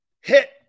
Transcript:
hit